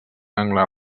angle